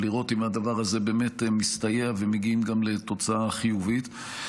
לראות אם הדבר הזה באמת מסתייע ומגיעים גם לתוצאה חיובית,